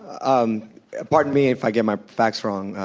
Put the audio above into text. um pardon me if i get my facts wrong,